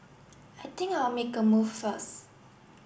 I think I'll make a move first